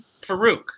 Farouk